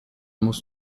musst